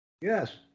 Yes